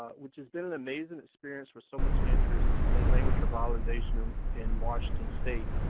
which has been an amazing experience with so much interest in language revitalization in washington state.